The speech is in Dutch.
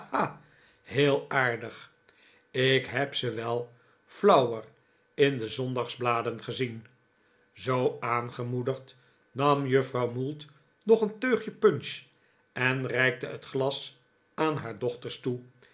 heel aardig ik heb ze wel flauwer in de zpndagsbladen gezien zoo aangemoedigd nam juffrouw mould nog een teugje punch en reikte het glas aan haar dochters toe